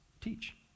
teach